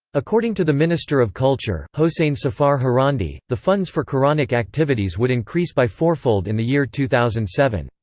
according to the minister of culture, hossein saffar harandi, the funds for qur'anic activities would increase by fourfold in the year two thousand and seven.